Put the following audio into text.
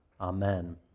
amen